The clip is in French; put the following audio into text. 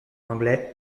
anglais